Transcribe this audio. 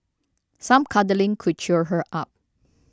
some cuddling could cheer her up